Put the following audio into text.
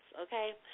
okay